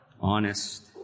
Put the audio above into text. Honest